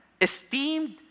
esteemed